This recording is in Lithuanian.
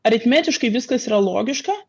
aritmetiškai viskas yra logiška